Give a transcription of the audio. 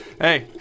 Hey